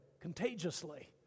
contagiously